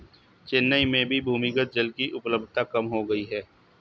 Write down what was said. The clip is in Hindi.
चेन्नई में भी भूमिगत जल की उपलब्धता कम हो गई है